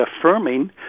affirming